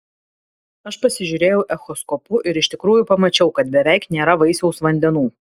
aš pasižiūrėjau echoskopu ir iš tikrųjų pamačiau kad beveik nėra vaisiaus vandenų